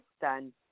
done